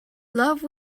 love